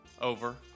Over